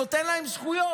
נותן להם זכויות: